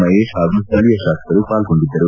ಮಹೇಶ್ ಹಾಗೂ ಸ್ಥಳೀಯ ಶಾಸಕರು ಪಾಲ್ಗೊಂಡಿದ್ದರು